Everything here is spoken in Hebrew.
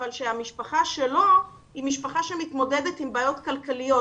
אבל שהמשפחה שלו היא משפחה שמתמודדת עם בעיות כלכליות.